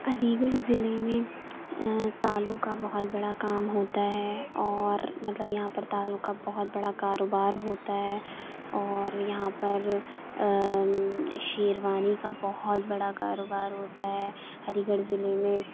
علی گڑھ ضلعے میں تالوں کا بہت بڑا کام ہوتا ہے اور مطلب یہاں پر تالوں کا بہت بڑا کاروبار ہوتا ہے اور یہاں پر شیروانی کا بہت بڑا کاروبار ہوتا ہے علی گڑھ ضلعے میں